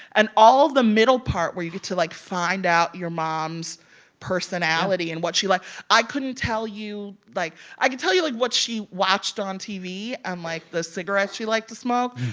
and all of the middle part where you get to, like, find out your mom's personality and what she likes i couldn't tell you, like i could tell you, like, what she watched on tv and, like, the cigarettes she liked to smoke.